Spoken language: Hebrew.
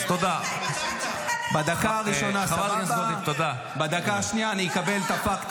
את עושה חוק שלא מקנה אפשרות לחקור